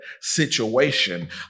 situation